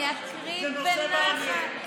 אני אקרא בנחת.